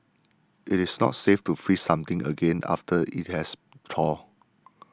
it is not safe to freeze something again after it has thawed